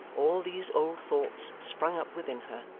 all these old thoughts sprung up within her,